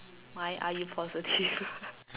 why are you positive